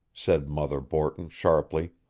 said mother borton sharply.